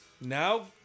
Now